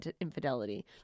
infidelity